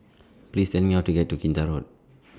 Please Tell Me How to get to Kinta Road